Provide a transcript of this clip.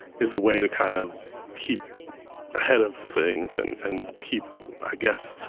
is the way to kind of keep ahead of things and and keep, i guess,